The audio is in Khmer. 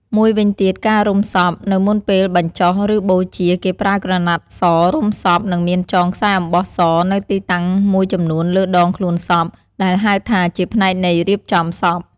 មូយវិញទៀតការរុំសព នៅមុនពេលបញ្ចុះ ឬបូជា គេប្រើក្រណាត់សរុំសព និងមានចងខ្សែអំបោះសនៅទីតាំងមួយចំនួនលើដងខ្លួនសព ដែលហៅថា ជាផ្នែកនៃរៀបចំសព។